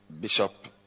Bishop